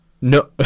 No